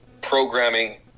programming